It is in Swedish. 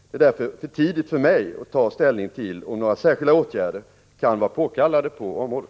Det är därför för tidigt för mig att ta ställning till om några särskilda åtgärder kan vara påkallade på området.